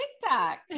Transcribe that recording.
TikTok